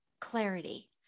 clarity